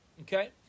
okay